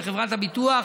וחברת הביטוח